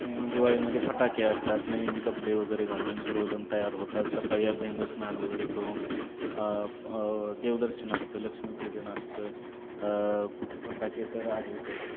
म दिवाळीमध्ये फटाके असतात नवीन कपडे वगैरे घालून सर्वजण तयार होतात सकाळी अभ्यंंग स्नान वगैरे करून देवदर्शन असतं लक्ष्मीपूजन असतं फटाके तर आहेतच